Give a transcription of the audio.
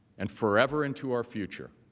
and forever into our future.